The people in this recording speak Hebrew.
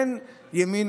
שאין ימינה,